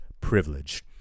privilege